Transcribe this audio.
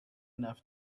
enough